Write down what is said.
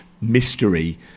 mystery